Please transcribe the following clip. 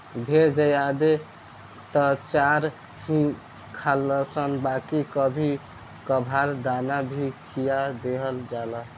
भेड़ ज्यादे त चारा ही खालनशन बाकी कभी कभार दाना भी खिया दिहल जाला